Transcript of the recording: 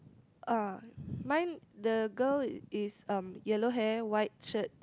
uh mine the girl is um yellow hair white shirt